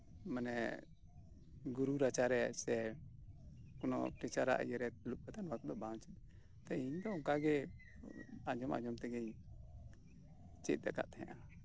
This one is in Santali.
ᱢᱟᱱᱮ ᱜᱩᱨᱩ ᱨᱟᱪᱟᱨᱮ ᱥᱮ ᱠᱚᱱᱚ ᱴᱤᱪᱟᱨᱟᱜ ᱤᱭᱟᱹᱨᱮ ᱫᱩᱲᱩᱵ ᱠᱟᱛᱮᱫ ᱱᱚᱣᱟ ᱠᱚᱫᱚ ᱵᱟᱝ ᱤᱧᱫᱚ ᱚᱱᱠᱟᱜᱮ ᱟᱸᱡᱚᱢ ᱟᱸᱡᱚᱢ ᱛᱮᱜᱤᱧ ᱪᱮᱫ ᱟᱠᱟᱫ ᱛᱟᱦᱮᱸᱱᱟ